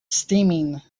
steaming